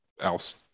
else